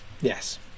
Yes